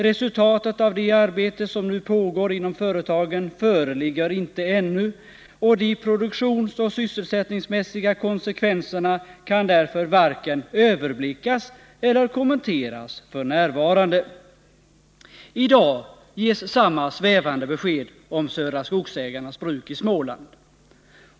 Resultatet av det arbete som nu pågår inom företagen föreligger inte ännu, och de produktionsoch sysselsättningsmässiga konsekvenserna kan därför varken överblickas eller kommenteras f. n.” I dag ges samma svävande besked om Södra Skogsägarnas bruk i Småland.